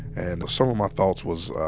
and some of my thoughts was, ah,